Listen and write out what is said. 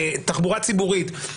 תחבורה ציבורית,